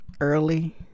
early